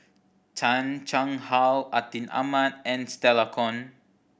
Chan Chang How Atin Amat and Stella Kon